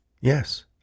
Yes